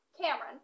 Cameron